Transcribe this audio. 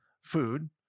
food